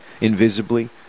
invisibly